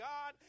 God